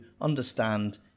understand